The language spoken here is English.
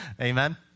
Amen